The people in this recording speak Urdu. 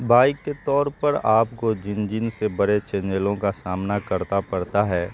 بائیک کے طور پر آپ کو جن جن سے بڑے چینجلوں کا سامنا کرتا پڑتا ہے